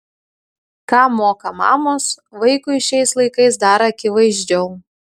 ką moka mamos vaikui šiais laikais dar akivaizdžiau